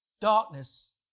Darkness